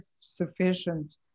sufficient